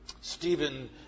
Stephen